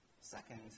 Second